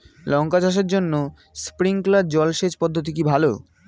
লঙ্কা চাষের জন্য স্প্রিংলার জল সেচ পদ্ধতি কি ভালো?